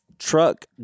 Truck